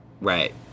Right